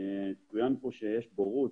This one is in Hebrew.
צוין פה שיש בורות,